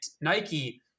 Nike